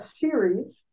series